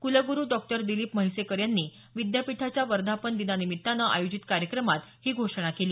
कुलगुरू डॉ दिलीप म्हैसेकर यांनी विद्यापीठाच्या वर्धापन दिनानिमित्तानं आयोजित कार्यक्रमात हा घोषणा केली